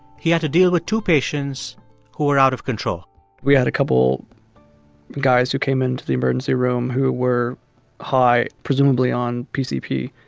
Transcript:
he had to deal with two patients who were out of control we had a couple guys who came into the emergency room who were high, presumably on pcp.